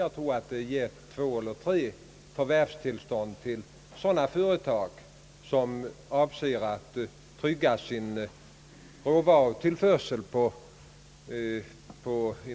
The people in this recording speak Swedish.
Det har, tror jag, givits två eller tre förvärvstillstånd till företag inom livsmedelssektorn som avser att trygga sin råvarutillförsel.